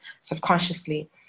subconsciously